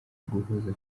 guhoza